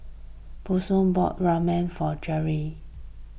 Bronson bought Ramen for Jeri